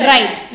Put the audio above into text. Right